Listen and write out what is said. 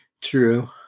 true